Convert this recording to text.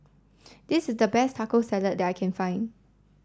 this is the best Taco Salad that I can find